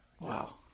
Wow